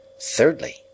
thirdly